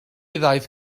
ddaeth